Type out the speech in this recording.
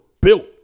built